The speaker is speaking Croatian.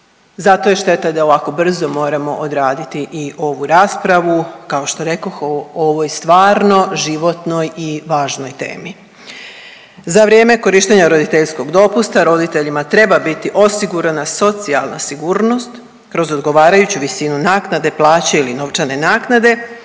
Zato je šteta da i ovako brzo moramo odraditi i ovu raspravu, kao što rekoh o ovoj stvarno životnoj i važnoj temi. Za vrijeme korištenja roditeljskog dopusta roditeljima treba biti osigurana socijalna sigurnost kroz odgovarajuću visinu naknade, plaće ili novčane naknade,